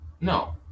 no